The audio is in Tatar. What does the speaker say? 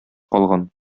калган